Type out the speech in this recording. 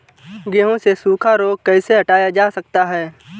गेहूँ से सूखा रोग कैसे हटाया जा सकता है?